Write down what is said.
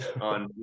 on